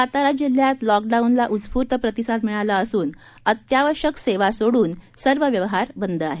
सातारा जिल्ह्यात लॉकडाऊनला उस्फुर्त प्रतिसाद मिळाला असून अत्यावश्यक सेवा सोडून सर्व व्यवहार बंद आहेत